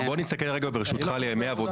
בוא נחשב את זה בימי עבודה,